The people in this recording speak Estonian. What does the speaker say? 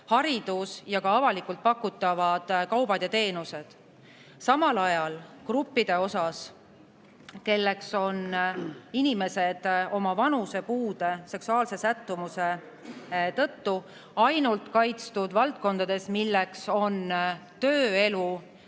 haridus ja ka avalikult pakutavad kaubad ja teenused. Samal ajal gruppide puhul, kuhu kuuluvad inimesed vanuse, puude või seksuaalse sättumuse tõttu, on see nii ainult kaitstud valdkondades, milleks on tööelu